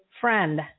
friend